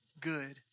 good